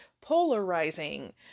polarizing